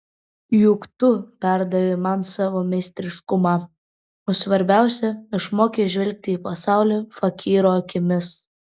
juk tu perdavei man savo meistriškumą o svarbiausia išmokei žvelgti į pasaulį fakyro akimis